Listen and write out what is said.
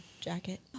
jacket